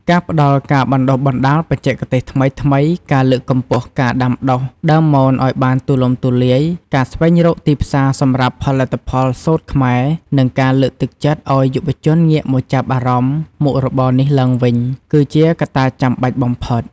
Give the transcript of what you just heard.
ការផ្ដល់ការបណ្ដុះបណ្ដាលបច្ចេកទេសថ្មីៗ ការលើកកម្ពស់ការដាំដុះដើមមនឲ្យបានទូលំទូលាយ ការស្វែងរកទីផ្សារសម្រាប់ផលិតផលសូត្រខ្មែរ និងការលើកទឹកចិត្តឲ្យយុវជនងាកមកចាប់អារម្មណ៍មុខរបរនេះឡើងវិញ គឺជាកត្តាចាំបាច់បំផុត។